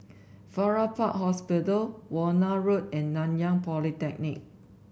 Farrer Park Hospital Warna Road and Nanyang Polytechnic